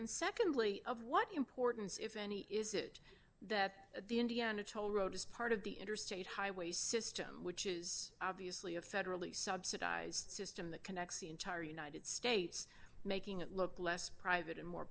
and secondly of what importance if any is it that the indiana toll road is part of the interstate highway system which is obviously a federally subsidized system that connects the entire united states making it look less private and more